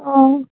ও